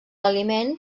aliment